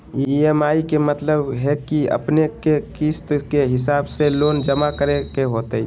EMI के मतलब है कि अपने के किस्त के हिसाब से लोन जमा करे के होतेई?